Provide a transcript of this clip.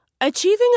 Achieving